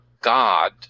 God